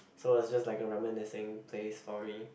so was just like a reminiscing place for me